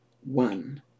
One